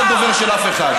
תלך, אני לא הדובר של אף אחד.